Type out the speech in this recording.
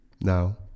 now